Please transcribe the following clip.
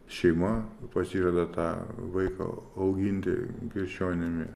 šeima pasižada tą vaiką auginti krikščionimi